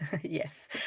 yes